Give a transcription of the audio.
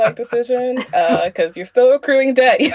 like decision because you're still accruing that. yeah